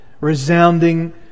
Resounding